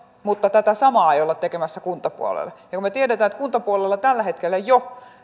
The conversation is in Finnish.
mutta tätä samaa ei olla tekemässä kuntapuolelle ja kun me tiedämme että kuntapuolella tällä hetkellä jo